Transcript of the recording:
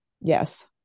Yes